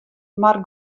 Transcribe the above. mar